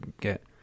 get